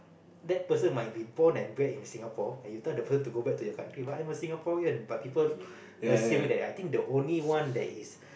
that person might be born and bred in Singapore and you tell the person to go back to their country but I'm a Singaporean but people assume it that I think the only one is